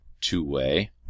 two-way